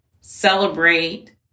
celebrate